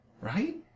right